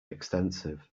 extensive